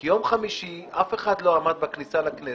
כי ביום חמישי אף אחד לא עמד בכניסה לכנסת